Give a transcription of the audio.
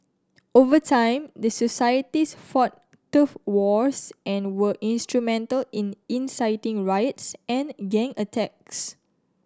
over time the societies fought turf wars and were instrumental in inciting riots and gang attacks